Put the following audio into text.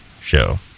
show